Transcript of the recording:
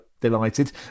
delighted